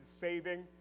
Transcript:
saving